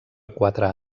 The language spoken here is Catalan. quatre